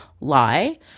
lie